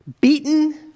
beaten